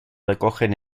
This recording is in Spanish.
recogen